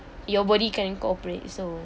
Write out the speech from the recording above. your body can't cooperate so